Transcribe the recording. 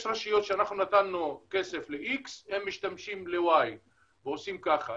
יש רשויות שאנחנו נתנו כסף ל-X והם משתמשים ל-Y או עושים ככה.